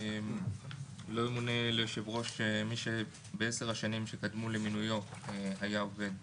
לא ימונה ליושב ראש מי שבעשר השנים שקדמו למינויו היה עובד